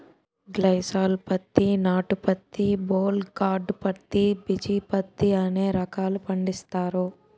గ్లైసాల్ పత్తి నాటు పత్తి బోల్ గార్డు పత్తి బిజీ పత్తి అనే రకాలు పండిస్తారు